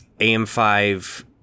AM5